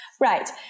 Right